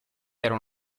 era